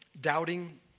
doubting